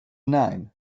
nine